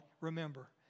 Remember